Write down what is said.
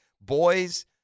boys